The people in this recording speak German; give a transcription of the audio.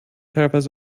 teilweise